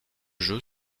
jeu